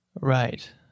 right